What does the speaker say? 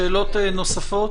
שאלות נוספות?